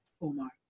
Omar